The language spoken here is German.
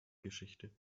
geschichte